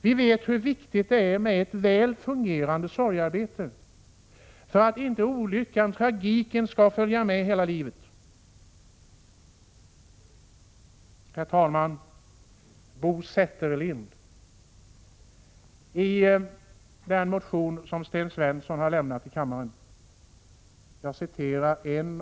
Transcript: Vi vet hur viktigt det är med ett väl fungerande sorgearbete för att inte olyckan, tragiken, skall följa med hela livet. Herr talman! I den motion som Sten Svensson har inlämnat återges en dikt av Bo Setterlind.